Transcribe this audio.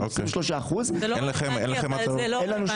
מה שקבעה המדינה, 23%. אין לכם הקלות?